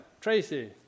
Tracy